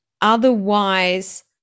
otherwise